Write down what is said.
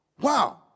Wow